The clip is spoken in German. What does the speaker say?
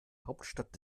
hauptstadt